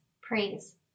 Praise